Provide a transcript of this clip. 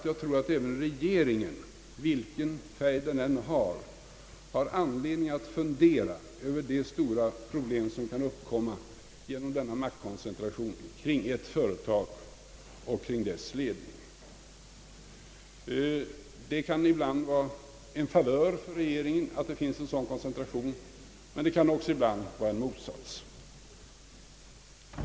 Jag tror att även regeringen, vilken färg den än har, har anledning fundera över de stora problem som kan uppkomma genom denna maktkoncentration kring ett företag och kring dess ledning. Det kan ibland vara en favör för regeringen att det finns en sådan koncentration, men det kan också vara en motsats.